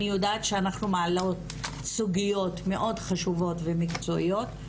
אני יודעת שאנחנו מעלות סוגיות מאוד חשובות ומקצועיות,